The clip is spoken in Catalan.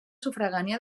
sufragània